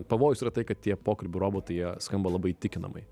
pavojus yra tai kad tie pokalbių robotai jie skamba labai įtikinamai